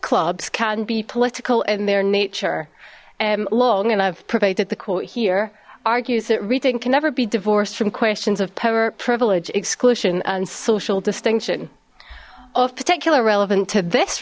clubs can be political in their nature and long and i've provided the court here argues that reading can never be divorced from questions of power privilege exclusion and social distinction of particular relevant to this